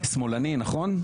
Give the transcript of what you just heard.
שמאלני, נכון?